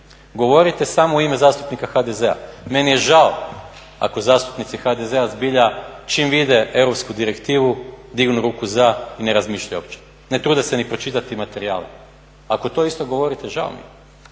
Govorite samo u ime zastupnika HDZ-a. Meni je žao ako zastupnici HDZ-a zbilja čim vide europsku direktivu dignu ruku za i ne razmišljaju uopće, ne trude se ni pročitati materijale. Ako to isto govorite žao mi je.